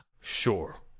Sure